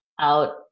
out